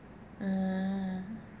mm